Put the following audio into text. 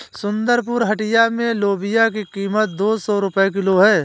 सुंदरपुर हटिया में लोबिया की कीमत दो सौ रुपए किलो है